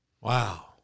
Wow